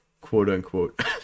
quote-unquote